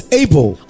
able